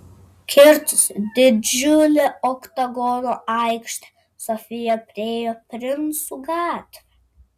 kirtusi didžiulę oktagono aikštę sofija priėjo princų gatvę